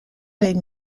les